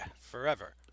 forever